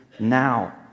Now